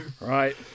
Right